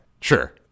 sure